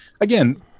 again